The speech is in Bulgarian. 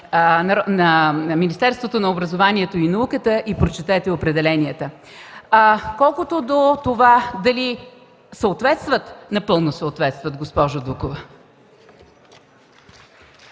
на Министерство на образованието и науката и прочете определенията. Колкото до това дали съответстват – напълно съответстват, госпожо Дукова.